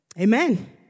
Amen